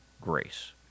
grace